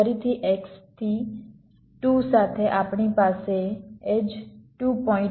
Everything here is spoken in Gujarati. ફરીથી x થી 2 સાથે આપણી પાસે એડ્જ 2